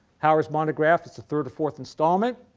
howard's monograph is the third or fourth installment.